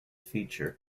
features